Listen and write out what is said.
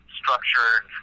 structured